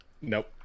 Nope